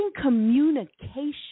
communication